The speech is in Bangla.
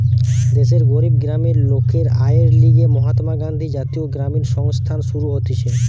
দেশের গরিব গ্রামের লোকের আয়ের লিগে মহাত্মা গান্ধী জাতীয় গ্রামীণ কর্মসংস্থান শুরু হতিছে